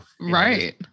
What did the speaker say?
right